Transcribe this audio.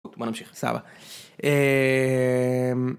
נמשיך סבבה.